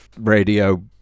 radio